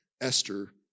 Esther